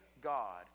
God